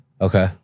Okay